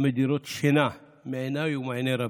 המדירות שינה מעיניי ומעיני רבים,